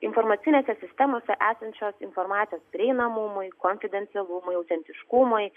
informacinėse sistemose esančios informacijos prieinamumui konfidencialumui autentiškumui